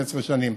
15 שנים,